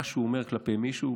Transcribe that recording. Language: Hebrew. מה שהוא אומר כלפי מישהו,